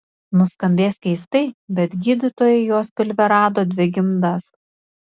nuskambės keistai bet gydytojai jos pilve rado dvi gimdas